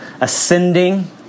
ascending